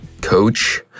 coach